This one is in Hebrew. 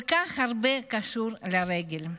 כל כך הרבה קשור לרגל.